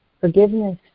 forgiveness